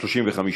2 נתקבלו.